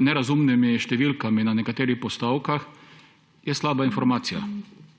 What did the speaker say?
nerazumne številke na nekaterih postavkah, je slaba informacija.